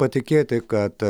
patikėti kad